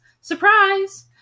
Surprise